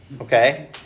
okay